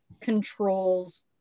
controls